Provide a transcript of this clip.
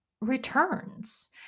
returns